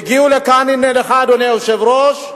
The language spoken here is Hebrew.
הם הגיעו לכאן, אדוני היושב-ראש,